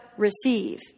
receive